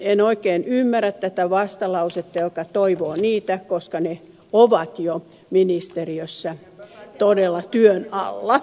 en oikein ymmärrä tätä vastalausetta joka toivoo niitä koska ne ovat jo ministeriössä todella työn alla